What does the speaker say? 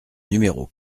numéro